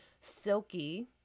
silky